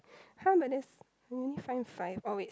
how many only find five oh wait